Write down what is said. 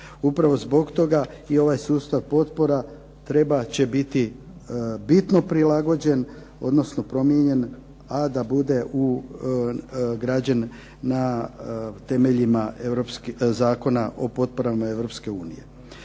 Upravo zbog toga i ovaj sustav potpora trebat će biti bitno prilagođen odnosno promijenjen a da bude građen na temeljima Zakona o potporama